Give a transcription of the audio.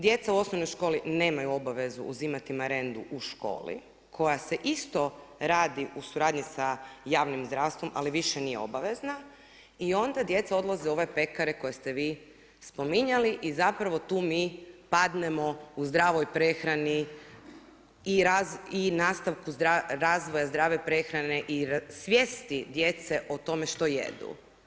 Djeca u osnovnoj školi nemaju obavezu uzimati marendu u školi koja se isto radi u suradnji sa javnim zdravstvom ali više nije obavezna i onda djeca odlaze u ove pekare koje ste vi spominjali i zapravo tu mi padnemo u zdravoj prehrani i nastavku razvoja zdrave prehrane i svijesti djece o tome što jedu.